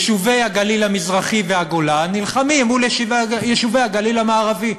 יישובי הגליל המזרחי והגולן נלחמים מול יישובי הגליל המערבי.